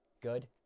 Good